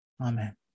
Amen